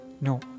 No